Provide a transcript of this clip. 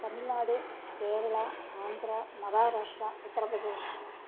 Tamil Nadu Kerala Andhra Maharashtra Uttar Pradesh